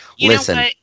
Listen